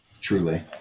Truly